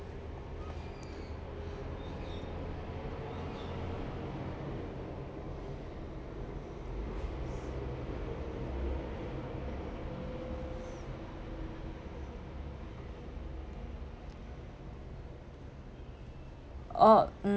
uh um